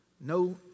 No